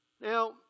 Now